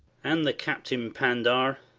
and the captain pander.